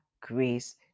grace